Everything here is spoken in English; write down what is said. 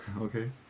Okay